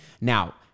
Now